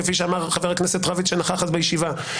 כפי שאמר חבר הכנסת רביץ שנכח אז בישיבה,